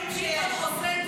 סבבה.